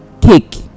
cake